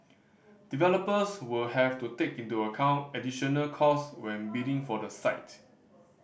developers will have to take into account additional cost when bidding for the site